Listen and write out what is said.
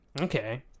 okay